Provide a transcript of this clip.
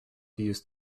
used